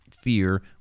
Fear